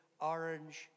orange